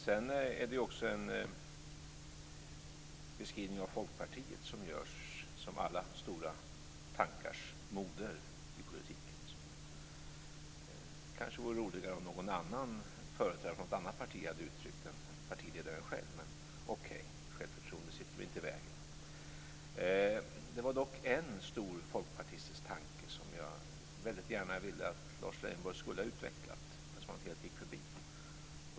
Sedan är det ju också en beskrivning av Folkpartiet som görs, som alla stora tankars moder i politiken. Det vore kanske roligare om någon annan företrädare för något annat parti hade uttryckt det än partiledaren själv. Men okej, självförtroende sitter väl inte i vägen. Det var dock en stor folkpartistisk tanke som jag gärna ville att Lars Leijonborg skulle ha utvecklat, men som han helt gick förbi.